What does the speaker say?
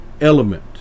element